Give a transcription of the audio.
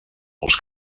els